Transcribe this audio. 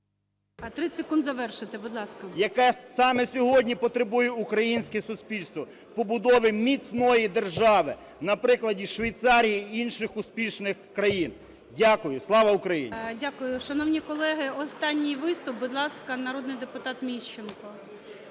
30 секунд завершити. Будь ласка. ЛЮШНЯК М.В. … якого саме сьогодні потребує українське суспільство – побудови міцної держави на прикладі Швейцарії, інших успішних країн. Дякую. Слава Україні! ГОЛОВУЮЧИЙ. Дякую. Шановні колеги, останній виступ. Будь ласка, народний депутат Міщенко.